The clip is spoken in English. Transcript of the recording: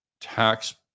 tax